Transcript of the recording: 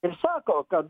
ir sako kad